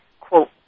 quote